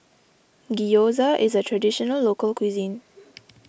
Gyoza is a Traditional Local Cuisine